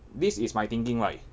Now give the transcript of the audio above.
this is my thinking right